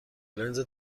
لنز